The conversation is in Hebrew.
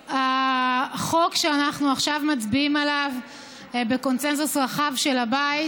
החוק שאנחנו עכשיו מצביעים עליו בקונסנזוס רחב של הבית